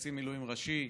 קצין מילואים ראשי,